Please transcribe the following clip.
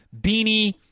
beanie